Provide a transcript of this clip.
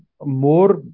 more